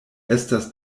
estas